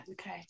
okay